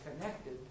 connected